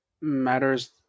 matters